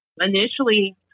initially